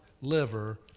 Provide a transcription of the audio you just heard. liver